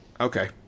Okay